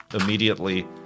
immediately